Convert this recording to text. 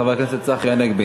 חבר הכנסת צחי הנגבי.